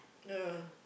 yeah